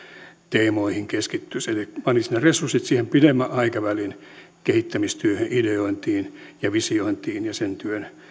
teemoihin keskittyisi eli panisi ne resurssit siihen pidemmän aikavälin kehittämistyöhön ideointiin ja visiointiin ja sen työn